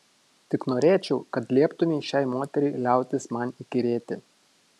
tik norėčiau kad lieptumei šiai moteriai liautis man įkyrėti